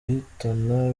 ihitana